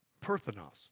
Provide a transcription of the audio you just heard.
perthenos